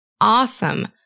awesome